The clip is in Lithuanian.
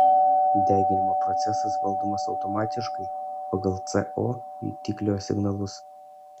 deginimo procesas valdomas automatiškai pagal co jutiklio signalus